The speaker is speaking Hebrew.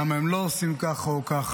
למה הם לא עושים ככה או ככה,